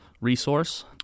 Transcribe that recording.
resource